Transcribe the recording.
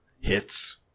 hits